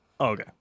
Okay